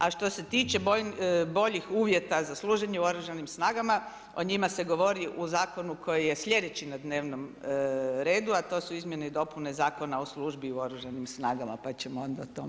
A što se tiče boljih uvjeta za služenje u Oružanim snagama, o njima se govori u zakonu koji je slijedeći na dnevnom redu a to su izmjene i dopuna Zakona u službi u Oružanim snagama pa ćemo onda o tome.